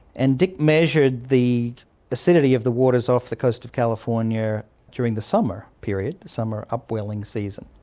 and dick measured the acidity of the waters off the coast of california during the summer period, the summer upwelling season,